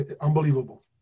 unbelievable